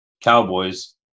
Cowboys